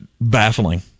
baffling